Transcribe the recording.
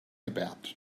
about